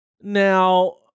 Now